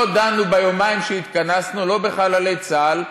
לא דנו ביומיים שהתכנסו לא בחללי צה"ל,